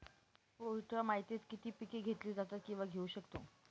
पोयटा मातीत कोणती पिके घेतली जातात, किंवा घेऊ शकतो?